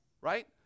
right